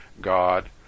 God